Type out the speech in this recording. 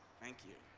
thank you!